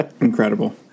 Incredible